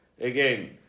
again